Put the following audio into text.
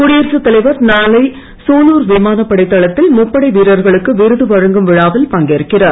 குடியரசுத் தலைவர் நாளை சூலூர் விமானப்படை தளத்தில் மும்படை வீர்ர்களுக்கு விருது வழங்கும் விழாவில் பங்கேற்கிறார்